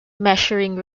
measuring